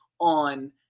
on